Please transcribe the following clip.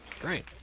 great